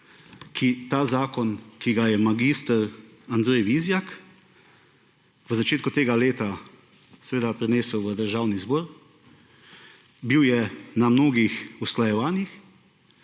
ki ta zakon, ki ga je magister Andrej Vizjak v začetku tega leta seveda prinesel v Državni zbor, bil je na mnogih usklajevanjih,